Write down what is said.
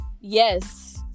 Yes